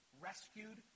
rescued